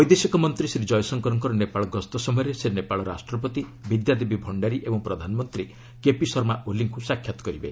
ବୈଦେଶିକ ମନ୍ତ୍ରୀ ଶ୍ରୀ ଜୟଶଙ୍କରଙ୍କ ନେପାଳ ଗସ୍ତ ସମୟରେ ସେ ନେପାଳ ରାଷ୍ଟ୍ରପତି ବିଦ୍ୟାଦେବୀ ଭଣ୍ଡାରୀ ଓ ପ୍ରଧାନମନ୍ତ୍ରୀ କେପି ଶର୍ମା ଓଲିଙ୍କୁ ସାକ୍ଷାତ କରିବେ